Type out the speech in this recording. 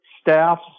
staffs